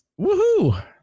woohoo